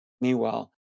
Meanwhile